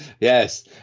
Yes